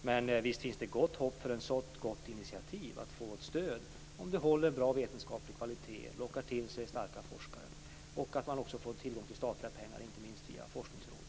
Men visst finns det gott hopp för ett så gott initiativ att få ett stöd om det håller en bra vetenskaplig kvalitet och lockar till sig starka forskare. Vidare handlar det om att få tillgång till statliga pengar, inte minst via forskningsråd.